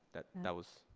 that that was,